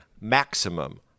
maximum